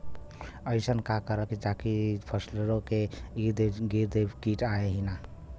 अइसन का करल जाकि फसलों के ईद गिर्द कीट आएं ही न?